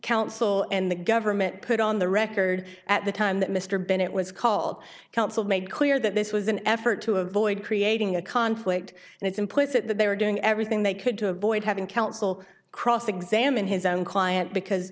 counsel and the government put on the record at the time that mr bennett was called counsel made clear that this was an effort to avoid creating a conflict and it's implicit that they were doing everything they could to avoid having counsel cross examine his own client because